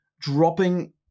dropping